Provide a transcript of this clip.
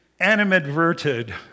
animadverted